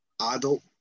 adult